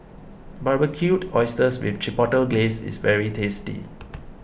Barbecued Oysters with Chipotle Glaze is very tasty